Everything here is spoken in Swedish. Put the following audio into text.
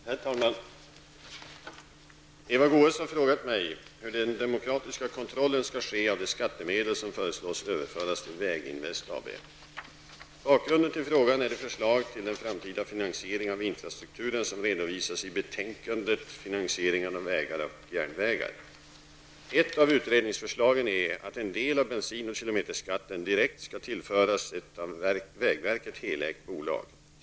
Herr talman! Eva Goe s har frågat mig hur den demokratiska kontrollen skall ske av de skattemedel som föreslås överföras till Väginvest Bakgrunden till frågan är de förslag till den framtida finansieringen av infrastrukturen som redovisas i betänkandet Finansiering av vägar och järnvägar . Ett av utredningsförslagen är att en del av bensin och kilometerskatten direkt skall tillföras ett av vägverket helägt bolag.